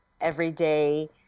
everyday